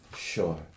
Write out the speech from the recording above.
Sure